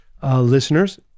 Listeners